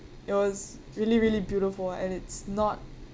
it was really really beautiful and it's not